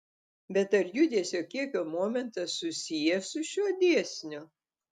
bet ar judesio kiekio momentas susijęs su šiuo dėsniu